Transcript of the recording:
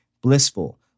blissful